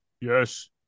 yes